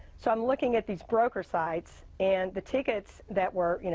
so i'm looking at these broker sites and the tickets that were, you know